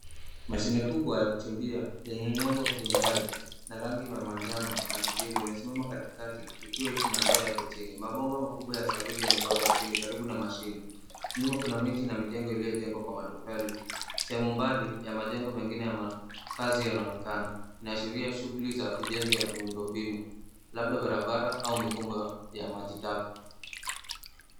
Mashine kubwa ya kuchimbia yenye nembo hyundai na rangi ya manjano na kijivu, imesimama katikati ikiwa na ndoo yake chini. Mabomba makubwa ya saruji yamepangwa chini karibu na mashinie, nyuma kuna miti na mijengo iliyojengwa kwa matofali, sehemu mbali ya majengo mengine ya kazi yanaonekana. Inaashiria shughuli za ujenzi ya miundo mbinu labda barabara au mifumbo ya maji taka.